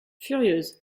furieuses